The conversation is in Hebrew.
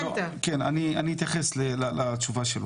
אני אתייחס לתשובתך.